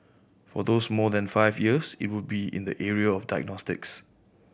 for those more than five years it would be in the area of diagnostics